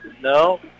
No